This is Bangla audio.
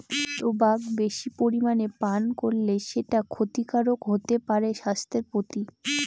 টোবাক বেশি পরিমানে পান করলে সেটা ক্ষতিকারক হতে পারে স্বাস্থ্যের প্রতি